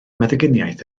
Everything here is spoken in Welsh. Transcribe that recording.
meddyginiaeth